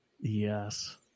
yes